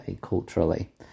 culturally